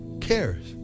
cares